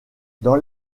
dans